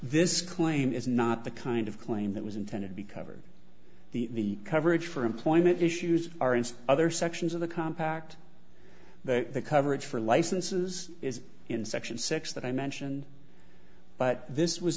this claim is not the kind of claim that was intended to be covered the coverage for employment issues are in some other sections of the compact the coverage for licenses is in section six that i mentioned but this